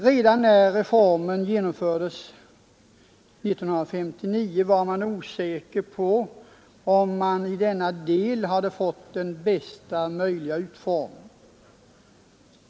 Redan när reformen genomfördes 1959 var man osäker om reformen i denna del hade fått bästa möjliga utformning.